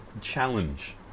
challenge